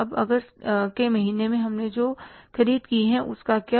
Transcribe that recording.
अब अगस्त के महीने में हमने जो ख़रीद की उसका क्या